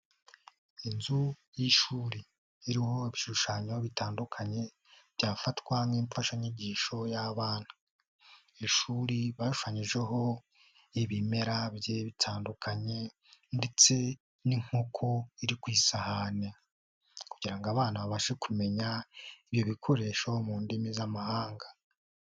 Inzu y'ishuri iriho ibishushanyo bitandukanye, byafatwa nk'imfashanyigisho y'abana. Ishuri bashushushanyijeho ibimera bigiye bitandukanye ndetse n'inkoko iri ku isahani. Kugira ngo abana babashe kumenya ibyo bikoresho mu ndimi z'amahanga.